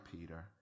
Peter